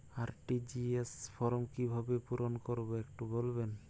RTGS form কিভাবে পূরণ করবো একটু বলবেন?